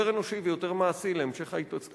אנושי ויותר מעשי להמשך ההתעסקות בנטיעות.